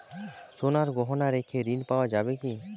সোনার গহনা রেখে ঋণ পাওয়া যাবে কি?